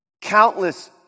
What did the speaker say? Countless